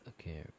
Okay